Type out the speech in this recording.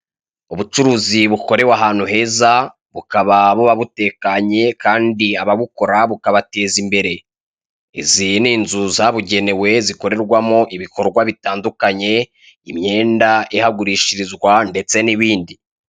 Ubucuruzi bukorewe ahantu heza, bukaba buba butekanye kandi ababukora bukabateza imbere. Izi ni inzu zabugenewe zikorerwamo ibikorwa bitandukanye, imyenda ihagurishirizwa ndetse n'ibindi.